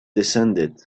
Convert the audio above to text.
descended